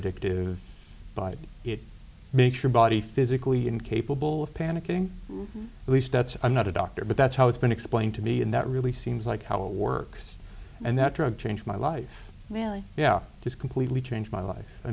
addictive by it makes your body physically incapable of panicking least that's i'm not a doctor but that's how it's been explained to me and that really seems like how it works and that drug changed my life man yeah just completely changed my life i